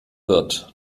wird